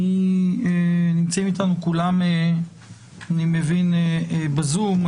נמצאים אתנו כולם בזום,